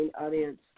audience